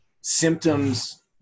symptoms –